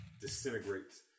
disintegrates